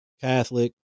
Catholic